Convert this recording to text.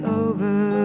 over